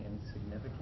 insignificant